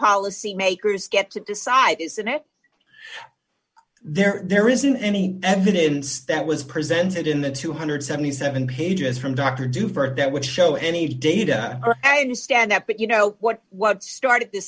policymakers get to decide isn't it there isn't any evidence that was presented in the two hundred and seventy seven pages from dr drew st that would show any data or i understand that but you know what what started th